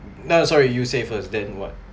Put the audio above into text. no sorry you say first then what